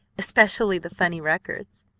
especially the funny records.